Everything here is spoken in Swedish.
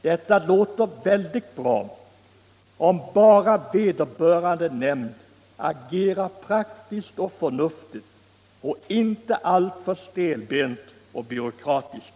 Detta låter väldigt bra, om bara vederbörande nämnd agerar praktiskt och förnuftigt och inte alltför stelbent och byråkratiskt.